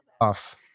off